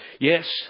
Yes